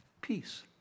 peace